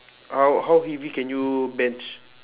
how how heavy can you bench